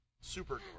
Super